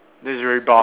then is very buff